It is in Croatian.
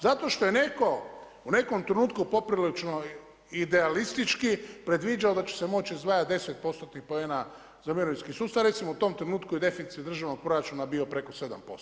Zato što je netko u nekom trenutku poprilično idealistički predviđao da će se moći izdvajati 10% poena za mirovinski sustav i recimo u tom trenutku je deficit državnog proračuna bio preko 7%